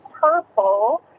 purple